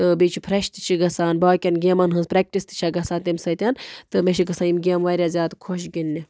تہٕ بیٚیہِ چھُ فر۪ٛش تہِ چھِ گژھان باقیَن گیمَن ہٕنٛز پرٛیکٹِس تہِ چھےٚ گژھان تَمہِ سۭتٮ۪ن تہٕ مےٚ چھِ گَژھان یِم گیمہٕ واریاہ زیادٕ خۄش گِنٛدنہِ